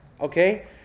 Okay